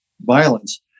violence